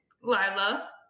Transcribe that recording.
Lila